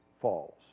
falls